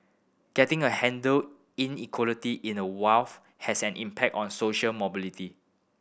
getting a handle inequality in a wealth has an impact on social mobility